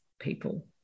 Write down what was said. people